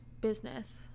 business